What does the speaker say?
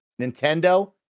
Nintendo